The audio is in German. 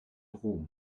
ruhm